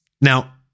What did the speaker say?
now